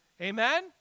Amen